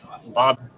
Bob